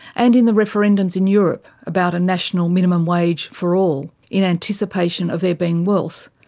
and in the referendums in europe about a national minimum wage for all, in anticipation of there being wealth,